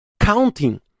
counting